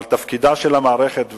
אבל תפקידה של המערכת,